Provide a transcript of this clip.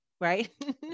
right